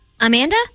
Amanda